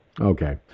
Okay